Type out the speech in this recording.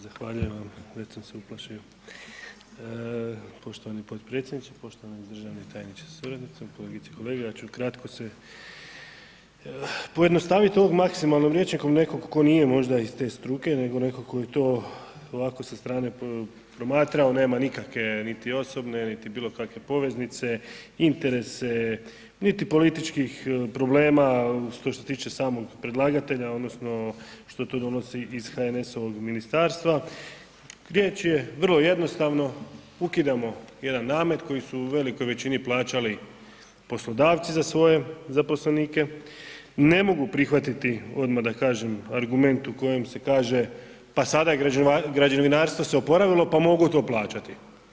Zahvaljujem vam ... Poštovani potpredsjedniče, poštovani državni tajniče suradnicom, kolegice i kolege, ja ću kratko pojednostaviti ovo maksimalno rječnikom nekom tko nije možda iz te struke nego netko tko je to ovako sa strane promatrao, nema nikakve niti osobne niti bilokakve poveznice, interese, niti političkih problema što se tiče samog predlagatelja odnosno što to donosi iz HNS-ovog ministarstva, riječ je vrlo jednostavno, ukidamo jedan namet koji su velikoj većini plaćali poslodavci za svoje zaposlenike, ne mogu prihvatiti odmah da kažem argument u koje se kaže pa sada građevinarstvo se oporavilo pa mogu to plaćati.